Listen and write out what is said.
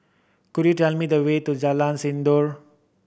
could you tell me the way to Jalan Sindor